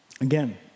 Again